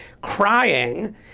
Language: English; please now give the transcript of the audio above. crying